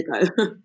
ago